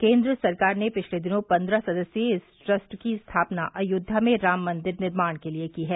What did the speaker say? केन्द्र सरकार ने पिछले दिनों पन्द्रह सदस्यीय इस ट्रस्ट की स्थापना अयोध्या में राम मंदिर निर्माण के लिए की है